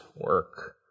work